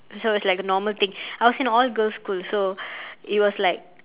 so it's like a normal thing I was in all girls' school so it was like